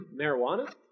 marijuana